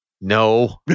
No